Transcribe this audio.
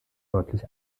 deutlich